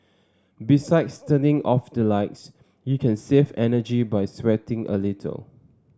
besides turning off the lights you can save energy by sweating a little